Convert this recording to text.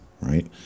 right